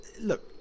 look